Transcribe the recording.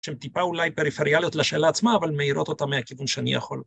‫שם טיפה אולי פריפריאליות לשאלה עצמה, ‫אבל מאירות אותה מהכיוון שאני יכול.